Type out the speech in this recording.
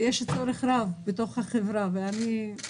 יש צורך רב בתוך החברה ואני בונה עליך.